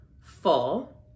full